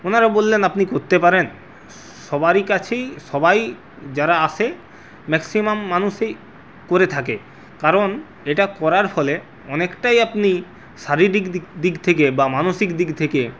ওনারা বললেন আপনি কততে পারেন সবারই কাছেই সবাই যারা আসে ম্যাক্সিমাম মানুষই করে থাকে কারণ এটা করার ফলে অনেকটাই আপনি শারীরিক দিক দিক থেকে বা মানসিক দিক থেকে